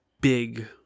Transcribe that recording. big